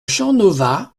champnovaz